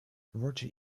roger